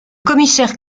commissaire